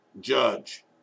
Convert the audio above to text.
judge